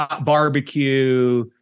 barbecue